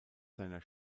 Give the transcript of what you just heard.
seiner